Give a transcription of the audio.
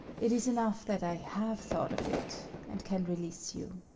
it is enough that i have thought of it, and can release you.